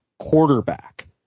quarterback